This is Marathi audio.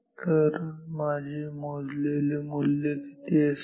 तर माझे मोजलेले मूल्य किती असेल